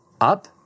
Up